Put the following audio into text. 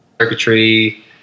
circuitry